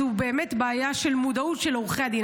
זו באמת בעיה של מודעות של עורכי הדין.